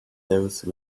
those